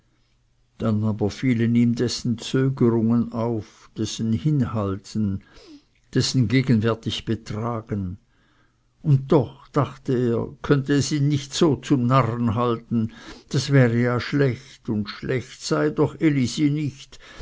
dann aber fielen ihm dessen zögerungen auf dessen hinhalten dessen gegenwärtig betragen und doch dachte er könnte es ihn nicht so zum narren halten das wäre ja schlecht und schlecht sei doch elisi nicht